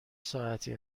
ساعتی